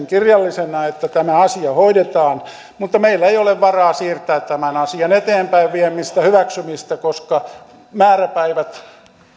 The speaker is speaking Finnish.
kirjallisena että tämä asia hoidetaan mutta meillä ei ole varaa siirtää tämän asian eteenpäin viemistä hyväksymistä koska määräpäivät